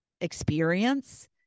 experience